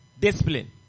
discipline